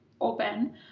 open